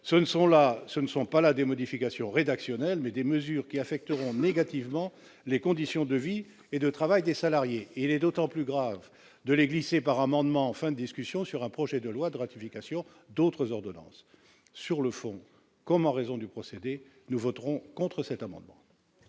là non pas des modifications rédactionnelles, mais des mesures qui affecteront négativement les conditions de vie et de travail des salariés. Il est d'autant plus grave de les glisser par voie d'amendement en fin de discussion d'un projet de loi de ratification d'autres ordonnances. Sur le fond comme sur la forme, nous voterons donc contre cet amendement